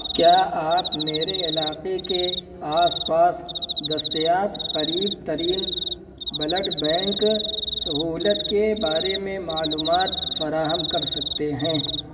کیا آپ میرے علاقے کے آس پاس دستیاب قریب ترین بلڈ بینک سہولت کے بارے میں معلومات فراہم کر سکتے ہیں